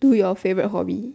to your favorite hobby